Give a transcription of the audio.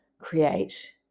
create